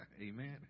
Amen